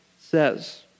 says